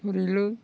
थुरैलु